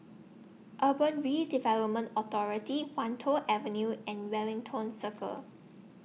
Urban Redevelopment Authority Wan Tho Avenue and Wellington Circle